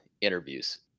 interviews